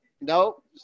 Nope